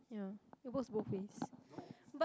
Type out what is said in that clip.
yeah it works both ways